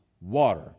water